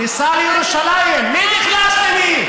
כניסה לירושלים, מי נכנס למי?